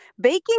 baking